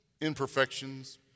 imperfections